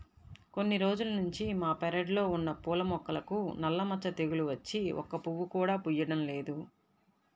కొన్ని రోజుల్నుంచి మా పెరడ్లో ఉన్న పూల మొక్కలకు నల్ల మచ్చ తెగులు వచ్చి ఒక్క పువ్వు కూడా పుయ్యడం లేదు